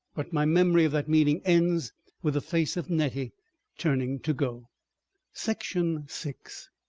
but my memory of that meeting ends with the face of nettie turning to go. section six